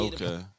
Okay